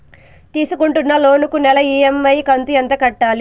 తీసుకుంటున్న లోను కు నెల ఇ.ఎం.ఐ కంతు ఎంత కట్టాలి?